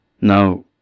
Now